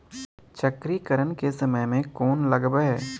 चक्रीकरन के समय में कोन लगबै?